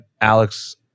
Alex